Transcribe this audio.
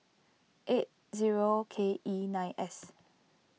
eight zero K E nine S